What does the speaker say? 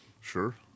sure